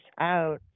out